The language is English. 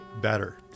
better